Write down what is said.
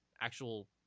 actual